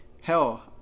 hell